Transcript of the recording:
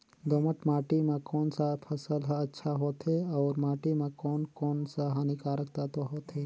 दोमट माटी मां कोन सा फसल ह अच्छा होथे अउर माटी म कोन कोन स हानिकारक तत्व होथे?